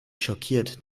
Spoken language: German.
schockiert